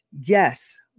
yes